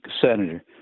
senator